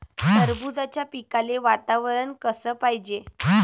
टरबूजाच्या पिकाले वातावरन कस पायजे?